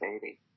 baby